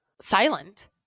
Silent